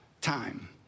time